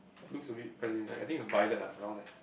looks a bit as in like I think is violet lah around there